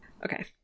Okay